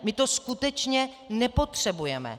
My to skutečně nepotřebujeme.